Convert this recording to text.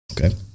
Okay